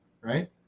right